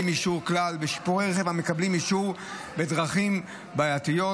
אישור כלל ושיפורי רכב המקבלים אישור בדרכים בעייתיות.